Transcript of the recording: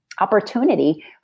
opportunity